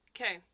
Okay